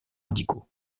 radicaux